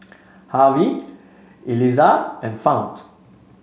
Harvy Elizah and Fount